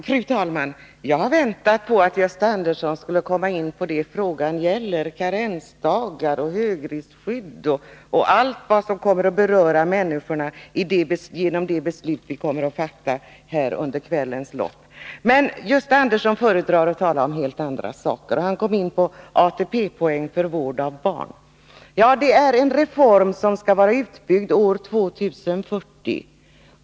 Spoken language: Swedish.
Fru talman! Jag har väntat på att Gösta Andersson skulle komma in på det som frågan gäller — karensdagar, högriskskydd och allt som kommer att beröra människorna genom det beslut vi kommer att fatta här under kvällens lopp. Men Gösta Andersson föredrar att tala om helt andra saker. Han kom bl.a. in på frågan om ATP-poäng för vård av barn. Ja, det är en reform som skall vara utbyggd år 2040.